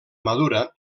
madura